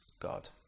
God